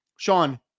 Sean